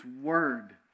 Word